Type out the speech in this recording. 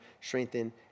strengthen